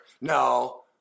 No